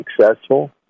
successful